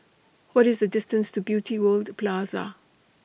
What IS The distance to Beauty World Plaza